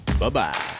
bye-bye